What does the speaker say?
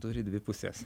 turi dvi puses